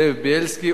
זאב בילסקי,